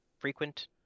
frequent